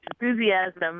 enthusiasm